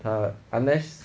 他 unless